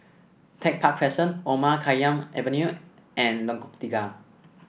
Tech Park Crescent Omar Khayyam Avenue and Lengkok Tiga